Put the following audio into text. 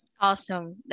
Awesome